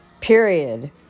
Period